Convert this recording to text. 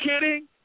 kidding